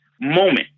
moment